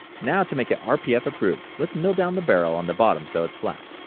now to make it rpf approved, lets mill down the barrel on the bottom so it's flat.